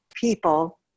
people